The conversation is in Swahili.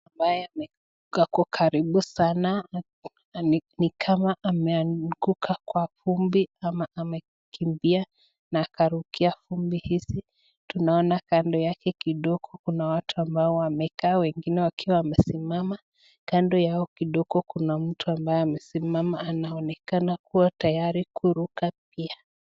ambaye ameanguka kwa karibu sana ni kama ameanguka kwa fumbi ama amekimbia na akarukia fumbi hizi. Tunaona kando yake kidogo kuna watu ambao wamekaa, wengine wakiwa wamesimama. Kando yao kidogo kuna mtu ambaye amesimama anaonekana kuwa tayari kuruka pia.